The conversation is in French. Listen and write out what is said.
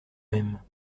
mêmes